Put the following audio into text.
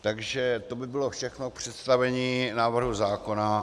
Takže to by bylo všechno k představení návrhu zákona.